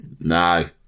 No